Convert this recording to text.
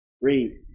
Read